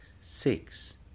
six